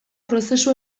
prozesu